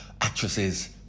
Actresses